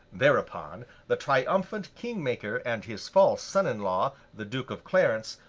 thereupon, the triumphant king-maker and his false son-in-law, the duke of clarence,